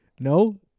No